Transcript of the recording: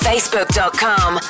Facebook.com